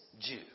Jew